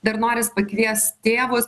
dar noris pakviest tėvus